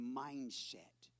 mindset